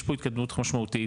יש פה התקדמות משמעותית